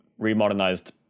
remodernized